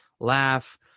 Laugh